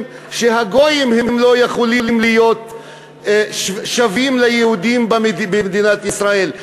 שהגויים לא יכולים להיות שווים ליהודים במדינת ישראל.